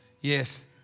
Yes